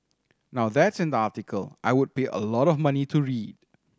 now that's an article I would pay a lot of money to read